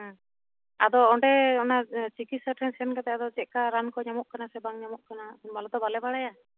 ᱦᱩᱸ ᱟᱫᱚ ᱚᱸᱰᱮ ᱚᱱᱟ ᱪᱤᱠᱤᱪᱪᱷᱟ ᱴᱷᱮᱱ ᱥᱮᱱ ᱠᱟᱛᱮᱫ ᱪᱮᱫ ᱞᱮᱠᱟ ᱟᱫᱚ ᱨᱟᱱ ᱠᱚ ᱧᱟᱢᱚᱜ ᱠᱟᱱᱟ ᱥᱮ ᱵᱟᱝ ᱧᱟᱢᱚᱜ ᱠᱟᱱᱟ ᱟᱞᱮ ᱛᱚ ᱵᱟᱞᱮ ᱵᱟᱲᱟᱭᱟ